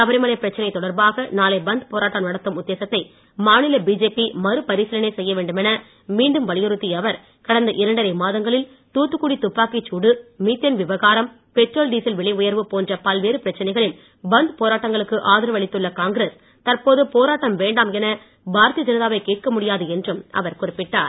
சபரிமலை பிரச்சனை தொடர்பாக நாளை பந்த் போராட்டம் நடத்தும் உத்தேசத்தை மாநில பிஜேபி மறுபரிசீலனை செய்யவேண்டுமென மீண்டும் வலியுறுத்திய அவர் கடந்த இரண்டரை மாதங்களில் தூத்துக்குடி துப்பாக்கிச்சூடு மீத்தேன் விவகாரம் பெட்ரோல் டீசல் விலை உயர்வு போன்ற பல்வேறு பிரச்சனைகளில் பந்த் போராட்டங்களுக்கு ஆதரவு அளித்துள்ள காங்கிரஸ் தற்போது போராட்டம் வேண்டாம் என பாரதிய ஜனதா வை கேட்க முடியாது என்றும் அவர் குறிப்பிட்டார்